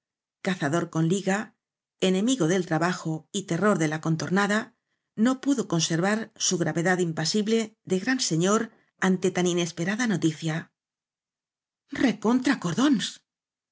cazador con liga enemigo del trabajo y terror de la contornada no pudo conservar su gravedad impasible de gran se ñor ante tan inesperada noticia